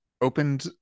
opened